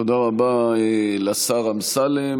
תודה רבה לשר אמסלם.